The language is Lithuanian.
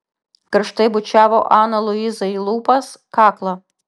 karštai bučiavo aną luizą į lūpas kaklą